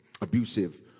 abusive